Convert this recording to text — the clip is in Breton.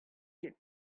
ket